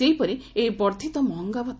ସେହିପରି ଏହି ବର୍ଦ୍ଧିତ ମହଙ୍ଗା ଭଉ